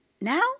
Now